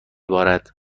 بارد